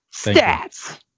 Stats